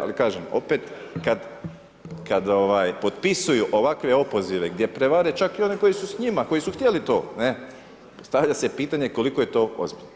Ali kažem opet kada potpisuju ovakve opozive gdje prevare čak i one koji su s njima, koji su htjeli to, ne, postavlja se pitanje koliko je to ozbiljno,